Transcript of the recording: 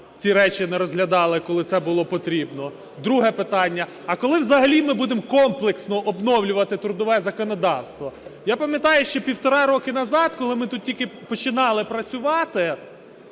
ці речі не розглядали, коли це було потрібно? Друге питання. А коли взагалі ми будемо комплексно обновлювати трудове законодавство? Я пам'ятаю, ще півтора року назад, коли ми тут тільки починали працювати,